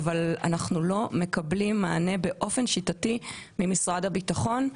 אבל אנחנו לא מקבלים מענה באופן שיטתי ממשרד הביטחון.